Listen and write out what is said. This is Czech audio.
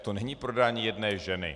To není prodání jedné ženy.